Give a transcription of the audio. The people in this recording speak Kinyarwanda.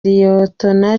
liyetona